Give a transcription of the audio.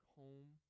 home